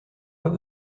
pas